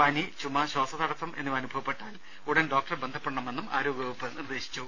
പനി ചുമ ശ്വാസതടസ്സം എന്നിവ അനുഭവപ്പെട്ടാൽ ഉടൻ ഡോക്ടറെ ബന്ധപ്പെടണ മെന്നും ആരോഗ്യവകുപ്പ് നിർദ്ദേശം നൽകി